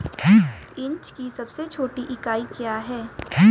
Inch की सबसे छोटी इकाई क्या है?